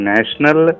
National